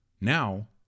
Now